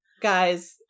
Guys